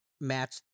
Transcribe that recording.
match